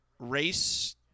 race